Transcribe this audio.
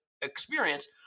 experience